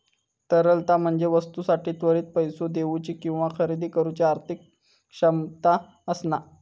तरलता म्हणजे वस्तूंसाठी त्वरित पैसो देउची किंवा खरेदी करुची आर्थिक क्षमता असणा